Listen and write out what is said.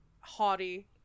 Haughty